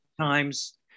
times